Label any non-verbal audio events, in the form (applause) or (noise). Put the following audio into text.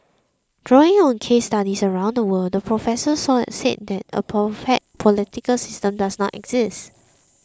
drawing on case studies around the world the professor (unintelligible) said that a perfect political system does not exist